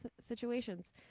situations